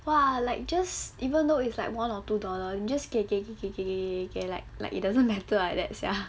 !wah! like just even though it's like one or two dollar just 给给给给给给 like like it doesn't matter like that sia